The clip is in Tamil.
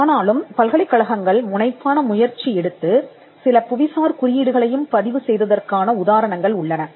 ஆனாலும் பல்கலைக்கழகங்கள் முனைப்பான முயற்சி எடுத்து சில புவிசார் குறியீடுகளையும் பதிவு செய்ததற்கான உதாரணங்கள் உள்ளன